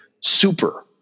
super